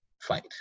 fight